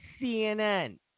CNN